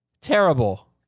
Terrible